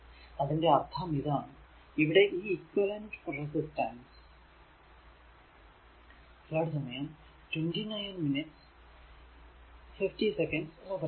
അതിന്റെ അർഥം ഇതാണ് ഇവിടെ ഇക്വിവലെന്റ് റെസിസ്റ്റൻസ് equivalent resistance